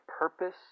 purpose